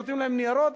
נותנים להם ניירות,